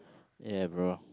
ya bro